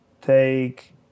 take